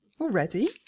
Already